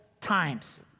times